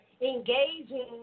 engaging